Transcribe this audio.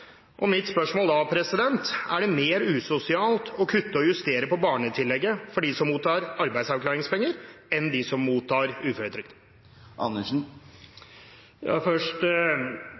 Og mitt spørsmål er: Er det mer usosialt å kutte og justere barnetillegget for dem som mottar arbeidsavklaringspenger, enn for dem som mottar uføretrygd? Først